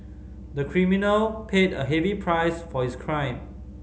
the criminal paid a heavy price for his crime